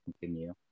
continue